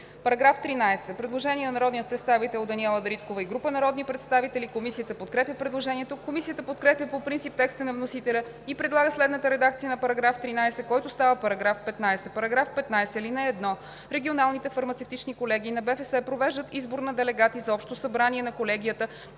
По § 13 има предложение на народния представител Даниела Дариткова и група народни представители. Комисията подкрепя предложението. Комисията подкрепя по принцип текста на вносителя и предлага следната редакция на § 13, който става § 15: „§ 15. (1) Регионалните фармацевтични колегии на БФС провеждат избор на делегати за общо събрание на колегията